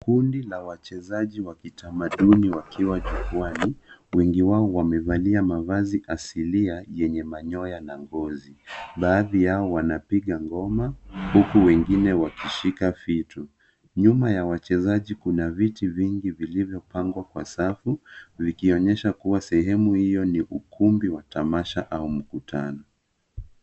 Kundi la wachezaji wa kitamaduni wakiwa jukwani, wengi wao wamevalia mavazi asilia yenye manyoya na ngozi. Baadhi yao wanapiga ngoma huku wengine wakishika vitu. Nyuma ya wachezaji kuna viti vingi vilivyopangwa kwa safu vikionyesha kuwa sehemu hiyo ni ukumbi wa tamasha au mkutano.